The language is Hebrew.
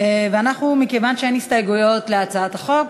ואנחנו, מכיוון שאין הסתייגויות להצעת החוק,